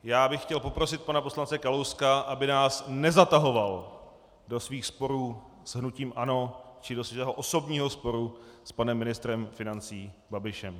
Já bych chtěl poprosit pana poslance Kalouska, aby nás nezatahoval do svých sporů s hnutím ANO či do svého osobního sporu s panem ministrem financí Babišem.